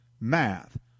math